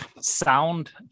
sound